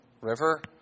River